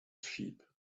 sheep